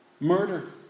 Murder